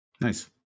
Nice